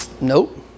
nope